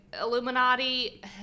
Illuminati